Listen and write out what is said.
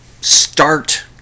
start